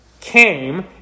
came